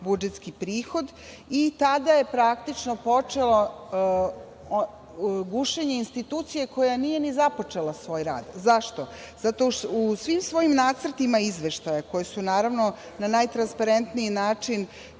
budžetski prihod i tada je praktično počelo gušenje institucije koja nije ni započela svoj rad.Zašto? U svim svojim nacrtima izveštaja, koji su naravno na najtransparentniji način